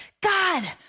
God